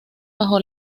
bajo